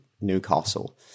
Newcastle